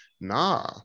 Nah